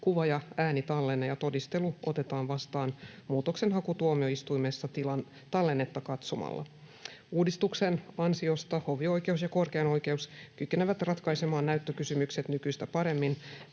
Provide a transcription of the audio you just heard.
kuva- ja äänitallenne ja todistelu otetaan vastaan muutoksenhakutuomioistuimessa tallennetta katsomalla. Uudistuksen ansiosta hovioikeudet ja korkein oikeus kykenevät ratkaisemaan näyttökysymykset nykyistä paremmin